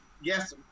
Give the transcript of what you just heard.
yes